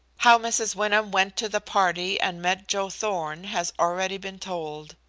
how mrs. wyndham went to the party and met joe thorn has already been told.